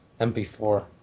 MP4